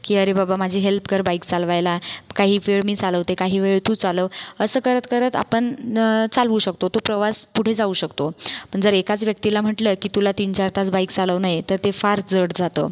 की अरे बाबा माझे हेल्प कर बाईक चालवायला काही वेळ मी चालवते काही वेळ तू चालव असं करत करत आपण चालवू शकतो तो प्रवास पुढे जाऊ शकतो पण जर एकाच व्यक्तीला म्हटलं की तुला तीन चार तास बाईक चालवणं आहे तर ते फार जड जातं